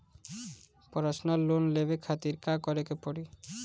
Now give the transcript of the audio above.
Personal loan लेवे खातिर का करे के पड़ी?